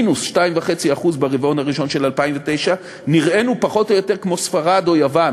מינוס 2.5% ברבעון הראשון של 2009. נראינו פחות או יותר כמו ספרד או יוון,